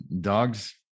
dogs